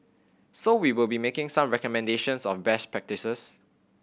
so we will be making some recommendations of best practices